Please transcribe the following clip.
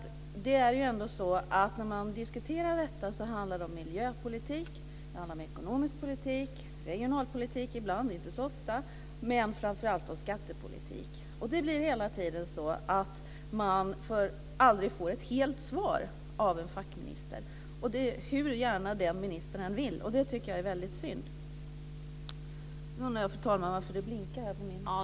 När man diskuterar sådant här handlar det ju om miljöpolitik, om ekonomisk politik och, ibland men inte så ofta, om regionalpolitik men framför allt om skattepolitik. Man får dock aldrig ett helt svar av en fackminister, och så är det hela tiden, hur gärna ministern i fråga än vill. Det tycker jag är väldigt synd.